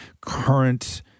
current